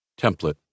Template